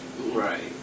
Right